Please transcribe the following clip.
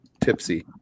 tipsy